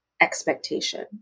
expectation